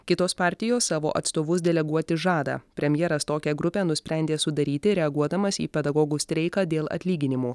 kitos partijos savo atstovus deleguoti žada premjeras tokią grupę nusprendė sudaryti reaguodamas į pedagogų streiką dėl atlyginimų